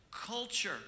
culture